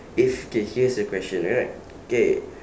if okay here's a question alright okay